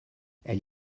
elle